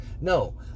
No